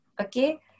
Okay